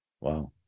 Wow